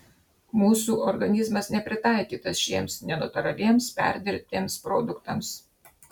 mūsų organizmas nepritaikytas šiems nenatūraliems perdirbtiems produktams